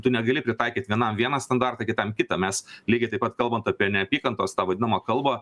tu negali pritaikyt vienam vieną standartą kitam kitą mes lygiai taip pat kalbant apie neapykantos tą vadinamą kalbą